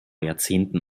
jahrzehnten